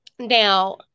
now